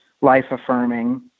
life-affirming